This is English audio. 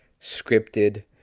scripted